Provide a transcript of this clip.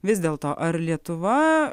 vis dėlto ar lietuva